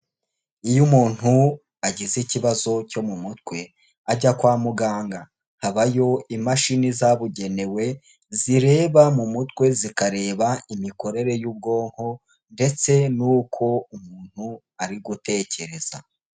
Iyo umuntu agize ikibazo cyo mu mutwe ajya kwa muganga. Habayo imashini zabugenewe zireba mu mutwe zikareba imikorere y'ubwonko ndetse n'uko umuntu ari gutekereza.